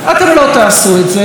אתם לא תעשו את זה,